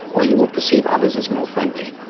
or you will perceive others as more friendly.